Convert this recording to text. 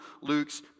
Luke's